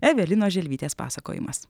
evelinos želvytės pasakojimas